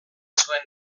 zuen